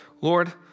Lord